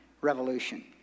revolution